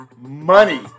money